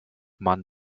man